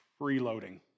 freeloading